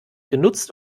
genutzt